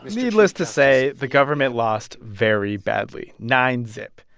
needless to say, the government lost very badly, nine zip.